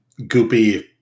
goopy